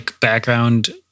background